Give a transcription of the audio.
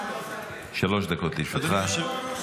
שלוש דקות לרשותך.